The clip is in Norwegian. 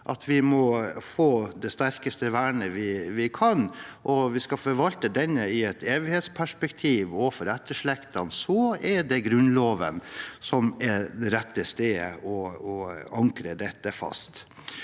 at vi må få det sterkeste vernet vi kan, og skal vi forvalte denne i et evighetsperspektiv og for etterslektene, er det Grunnloven som er det rette stedet å ankre dette fast.